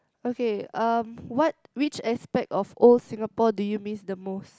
okay um what which aspect of old Singapore do you miss the most